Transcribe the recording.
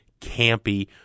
campy